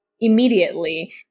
immediately